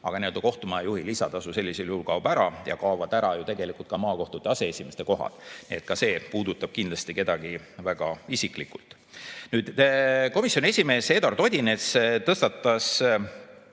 aga kohtumaja juhi lisatasu sellisel juhul kaob ära ja kaovad ära ka maakohtute aseesimeeste kohad. Ka see puudutab kindlasti kedagi väga isiklikult. Komisjoni esimees Eduard Odinets tõstatas